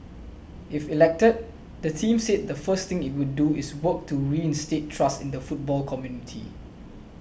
if elected the team said the first thing it would do is work to reinstate trust in the football community